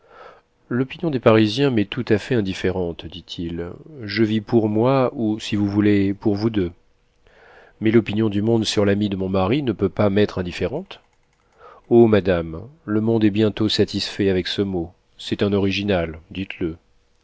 l'opinion des parisiens m'est tout à fait indifférente dit-il je vis pour moi ou si vous voulez pour vous deux mais l'opinion du monde sur l'ami de mon mari ne peut pas m'être indifférente oh madame le monde est bientôt satisfait avec ce mot c'est un original dites-le